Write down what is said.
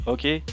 Okay